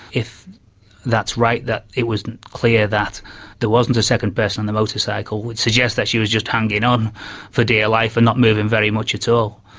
if that's right, that it wasn't clear that there wasn't a second person on the motorcycle, it would suggest that she was just hanging on for dear life and not moving very much at all,